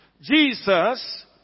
jesus